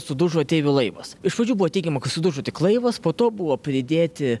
sudužo ateivių laivas iš pradžių buvo tikima kad sudužo tik laivas po to buvo pridėti